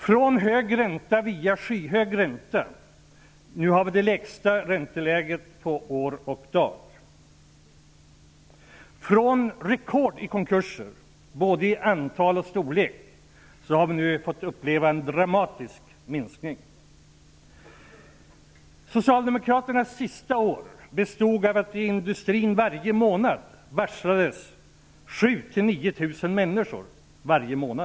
Från hög ränta har vi via skyhög ränta gått till den lägsta räntan på år och dag. Från att ha slagit rekord i konkurser -- både i antal och storlek -- har vi nu fått uppleva en dramatisk minskning. Under Socialdemokraternas sista år varslades i industrin 7 000--9 000 människor.